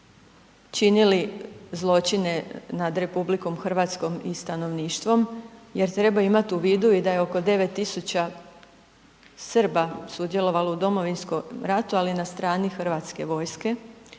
činili zločine nad RH i stanovništvom jer treba imati u vidu i da je oko 9.000 Srba sudjelovalo u Domovinskom ratu ali na strani hrvatske vojske.